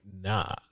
nah